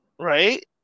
Right